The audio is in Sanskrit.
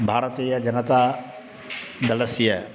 भारतीयजनतादलस्य